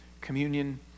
communion